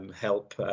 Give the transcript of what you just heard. help